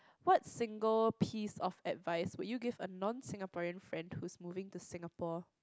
what single piece of advise would you give a non Singaporean friend who moving to Singapore